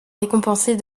récompenser